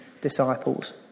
disciples